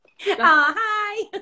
Hi